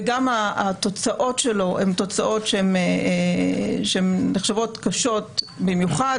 וגם התוצאות שלו הן תוצאות שנחשבות קשות במיוחד,